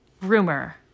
rumor